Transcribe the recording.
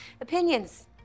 Opinions